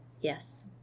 Yes